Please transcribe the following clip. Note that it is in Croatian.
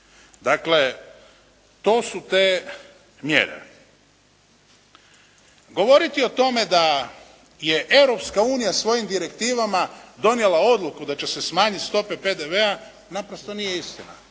Dakle, to su te mjere. Govoriti o tome da je Europska unija svojim direktivama donijela odluku da će se smanjiti stope PDV-a naprosto nije istina.